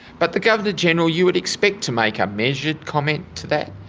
but the governor general you would expect to make a measured comment to that.